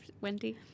wendy